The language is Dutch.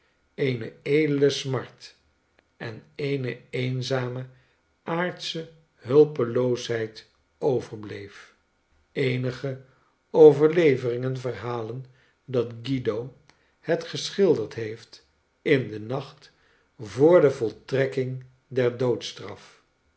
eene edele smart en eene eenzame aardsche hulpeloosheid overbleef eenige overleveringen verhalen dat guide het geschilderd heeft in den nacht voor de voltrekking der doodstraf